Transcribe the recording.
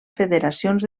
federacions